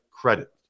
credit